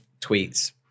tweets